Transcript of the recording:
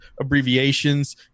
abbreviations